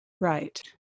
Right